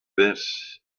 this